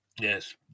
Yes